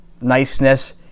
niceness